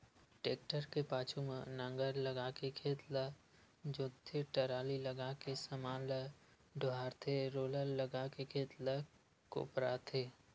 tractor के पाछू म नांगर लगाके खेत ल जोतथे, टराली लगाके समान ल डोहारथे रोलर लगाके खेत ल कोपराथे